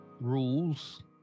rules